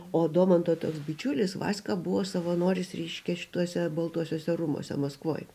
o domanto toks bičiulis vaska buvo savanoris reiškia šituose baltuosiuose rūmuose maskvoj